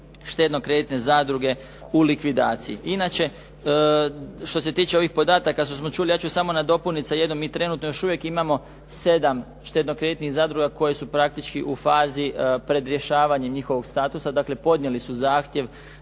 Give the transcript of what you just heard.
štedno-kreditne zadruge u likvidaciji. Inače, što se tiče ovih podataka što smo čuli, ja ću samo nadopuniti sa jednom, mi trenutno još uvijek imamo 7 štedno-kreditnih zadruga koje su praktički u fazi pred rješavanje njihovog statusa, dakle podnijeli su zahtjev